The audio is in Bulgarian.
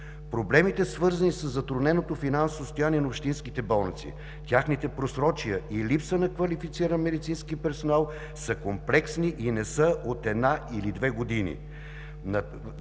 Проблемите, свързани със затрудненото финансово състояние на общинските болници, техните просрочия и липса на квалифициран медицински персонал са комплексни и не са от една или две години.